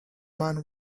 man